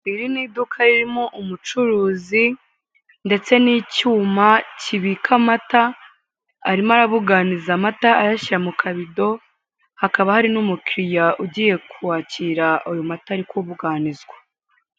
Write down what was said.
Iri ni iduka ririmo umucuruzi ndetse n'icyuma kibika amata, arimo arabuganiza amata ayashyira mu kabido, hakaba hari n'umukiriya ugiye kwakira ayo mata ari kubuganizwa.